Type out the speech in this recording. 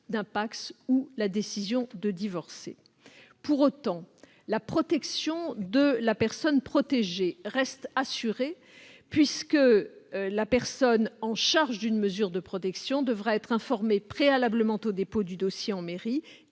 d'un PACS ou la décision de divorcer. Pour autant, la protection de la personne protégée reste assurée, puisque la personne en charge d'une mesure de protection devra être informée préalablement au dépôt du dossier en mairie,